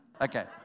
Okay